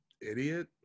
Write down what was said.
idiot